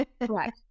Right